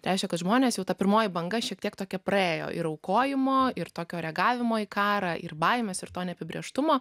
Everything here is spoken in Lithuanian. trečia kad žmonės jau ta pirmoji banga šiek tiek tokia praėjo ir aukojimo ir tokio reagavimo į karą ir baimes ir to neapibrėžtumo